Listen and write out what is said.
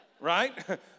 right